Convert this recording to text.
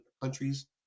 countries